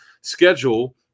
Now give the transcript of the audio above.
schedule